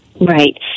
right